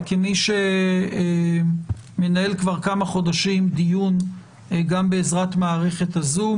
כמי שמנהל כבר כמה חודשים דיון גם בעזרת מערכת הזום,